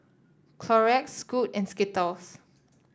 Clorox Scoot and Skittles